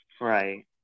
Right